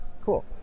Cool